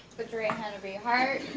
put your right hand over your heart.